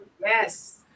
Yes